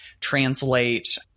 translate